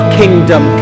kingdom